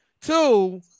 Two